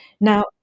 now